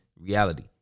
reality